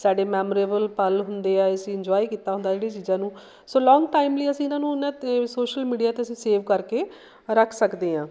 ਸਾਡੇ ਮੈਮਰੇਬਲ ਪਲ ਹੁੰਦੇ ਆਏ ਅਸੀਂ ਇੰਜੋਏ ਕੀਤਾ ਹੁੰਦਾ ਜਿਹੜੀ ਚੀਜ਼ਾਂ ਨੂੰ ਸੋ ਲੋਂਗ ਟਾਈਮ ਲਈ ਅਸੀਂ ਇਹਨਾਂ ਨੂੰ ਸੋਸ਼ਲ ਮੀਡੀਆ 'ਤੇ ਅਸੀਂ ਸੇਵ ਕਰਕੇ ਰੱਖ ਸਕਦੇ ਹਾਂ